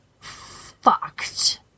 fucked